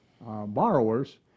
borrowers